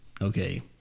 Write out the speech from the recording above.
okay